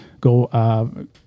go